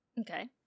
Okay